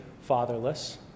fatherless